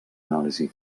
anàlisi